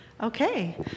Okay